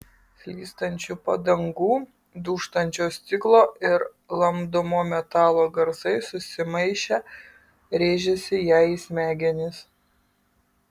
slystančių padangų dūžtančio stiklo ir lamdomo metalo garsai susimaišę rėžėsi jai į smegenis